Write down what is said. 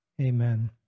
amen